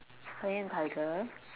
lion and tiger